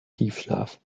tiefschlaf